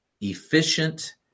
efficient